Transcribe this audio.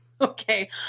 okay